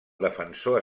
defensor